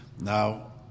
Now